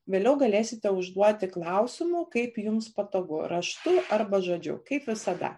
vėliau galėsite užduoti klausimų kaip jums patogu raštu arba žodžiu kaip visada